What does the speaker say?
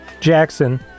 Jackson